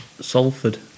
Salford